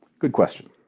good question.